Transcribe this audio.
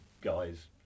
guys